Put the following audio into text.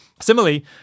Similarly